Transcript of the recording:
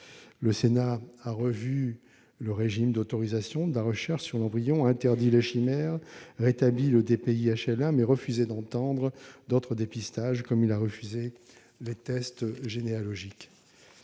Le Sénat a modifié le régime d'autorisation de la recherche sur l'embryon, interdit les chimères, rétabli le DPI-HLA, mais a refusé d'accepter d'autres dépistages, tout comme les tests généalogiques.